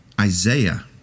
Isaiah